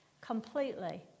completely